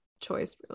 choice